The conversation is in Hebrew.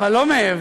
אבל לא מעבר.